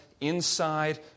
inside